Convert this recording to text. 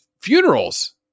funerals